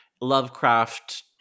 Lovecraft